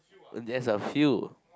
there's a few